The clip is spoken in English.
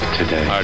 today